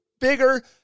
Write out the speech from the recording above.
bigger